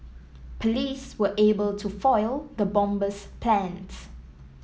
police were able to foil the bomber's plans